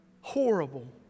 Horrible